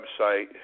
website